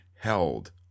held –